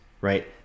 right